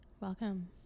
welcome